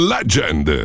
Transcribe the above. Legend